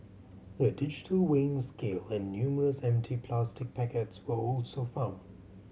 a digital weighing scale and numerous empty plastic packets were also found